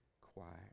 quiet